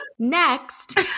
Next